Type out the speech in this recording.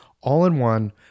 all-in-one